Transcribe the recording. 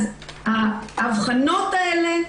האבחנות האלה,